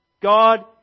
God